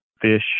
fish